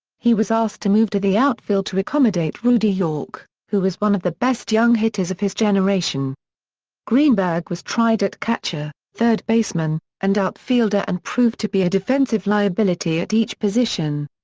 he was asked to move to the outfield to accommodate rudy york, who was one of the best young hitters of his generation greenberg was tried at catcher, third baseman, and outfielder and proved to be a defensive liability at each position.